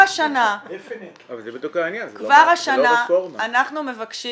אנחנו מבקשים